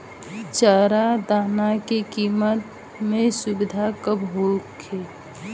चारा दाना के किमत में सुधार कब होखे?